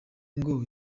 ngo